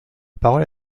parole